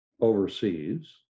overseas